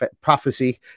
prophecy